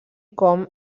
com